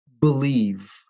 believe